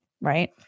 right